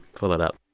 pull that up